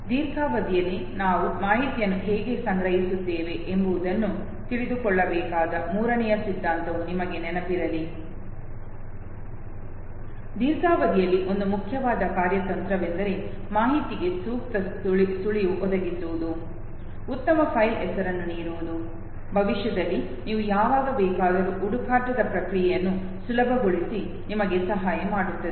ದೀರ್ಘಾವಧಿಯಲ್ಲಿ ನಾವು ಮಾಹಿತಿಯನ್ನು ಹೇಗೆ ಸಂಗ್ರಹಿಸುತ್ತೇವೆ ಎನ್ನುವುದನ್ನೂ ತಿಳಿದುಕೊಳ್ಳಬೇಕಾದ ಮೂರನೇ ಸಿದ್ಧಾಂತವು ನಿಮಗೆ ನೆನಪಿರಲಿ ದೀರ್ಘಾವಧಿಯಲ್ಲಿ ಒಂದು ಮುಖ್ಯವಾದ ಕಾರ್ಯತಂತ್ರವೆಂದರೆ ಮಾಹಿತಿಗೆ ಸೂಕ್ತ ಸುಳಿವು ಒದಗಿಸುವುದು ಉತ್ತಮ ಫೈಲ್ ಹೆಸರನ್ನು ನೀಡುವುದು ಭವಿಷ್ಯದಲ್ಲಿ ನೀವು ಯಾವಾಗ ಬೇಕಾದರೂ ಹುಡುಕಾಟದ ಪ್ರಕ್ರಿಯೆಯನ್ನು ಸುಲಭಗೊಳಿಸಿ ನಿಮಗೆ ಸಹಾಯ ಮಾಡುತ್ತದೆ